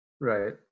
Right